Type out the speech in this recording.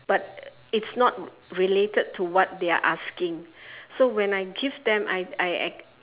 but it's not related to what they are asking so when I give them I I